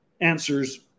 answers